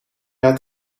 had